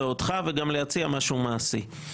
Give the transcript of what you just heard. וגם אותך וגם להציע משהו מעשי.